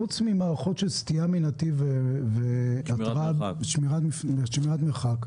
חוץ ממערכות של סטייה מנתיב ושמירת מרחק,